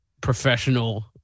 professional